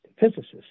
physicists